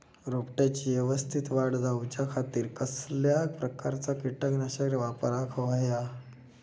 रोपट्याची यवस्तित वाढ जाऊच्या खातीर कसल्या प्रकारचा किटकनाशक वापराक होया?